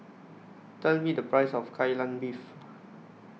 Tell Me The Price of Kai Lan Beef